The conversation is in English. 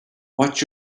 watch